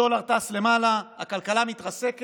הדולר טס למעלה, הכלכלה מתרסקת,